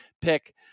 pick